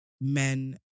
men